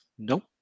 Nope